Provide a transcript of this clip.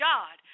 God